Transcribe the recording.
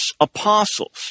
Apostles